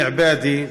ומתרגם:)